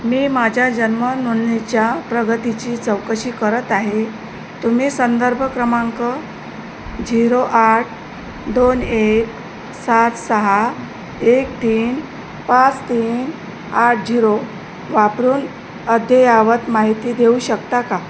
मी माझ्या जन्मनोंंदणीच्या प्रगतीची चौकशी करत आहे तुम्ही संदर्भ क्रमांक झिरो आठ दोन एक सात सहा एक तीन पाच तीन आठ झिरो वापरून अद्ययावत माहिती देऊ शकता का